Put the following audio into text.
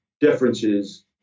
differences